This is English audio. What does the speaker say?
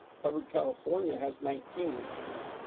covered california has nineteen regions,